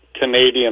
Canadian